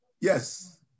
Yes